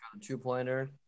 two-pointer